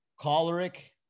choleric